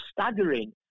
staggering